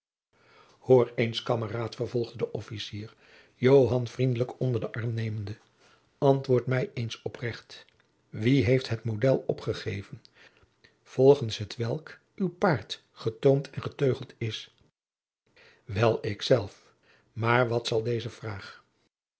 hoor eens kameraad vervolgde de officier joan vriendelijk onder den arm nemende antwoord mij eens oprecht wie heeft het modél opgegeven volgens t welk uw paard getoomd en geteugeld is wel ik zelf maar wat zal deze vraag